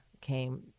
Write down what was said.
came